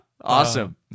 Awesome